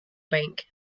bank